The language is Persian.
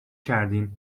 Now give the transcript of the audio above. کردین